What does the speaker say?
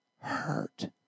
hurt